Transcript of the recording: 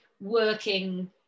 working